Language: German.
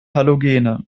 halogene